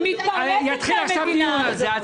היא מתפרנסת מהמדינה הזאת.